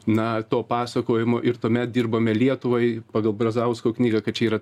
na to pasakojimo ir tuomet dirbome lietuvai pagal brazausko knygą kad čia yra